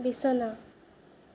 বিছনা